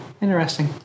Interesting